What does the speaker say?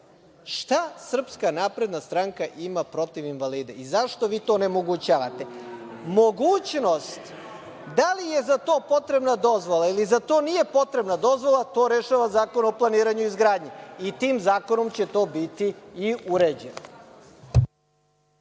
rampe za invalide. Šta SNS ima protiv invalida? I zašto vi to onemogućavate? Mogućnost da li je za to potrebna dozvola ili za to nije potrebna dozvola to rešava Zakon o planiranju i izgradnji i tim zakonom će to biti i uređeno.